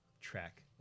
track